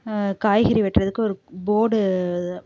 காய்கறி வெட்டுறதுக்கு ஒரு போர்டு அது